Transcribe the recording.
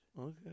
Okay